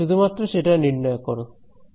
শুধুমাত্র সেটা নির্ণয় করো